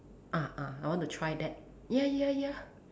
ah ah I want to try that ya ya ya